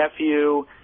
nephew